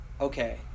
okay